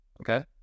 okay